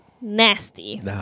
nasty